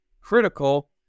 critical